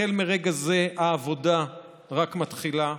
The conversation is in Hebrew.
החל מרגע זה העבודה רק מתחילה.